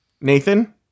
Nathan